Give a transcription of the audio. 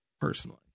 Personally